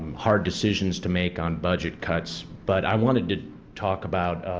hard decisions to make on budget cuts, but i wanted to talk about